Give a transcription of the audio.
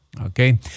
Okay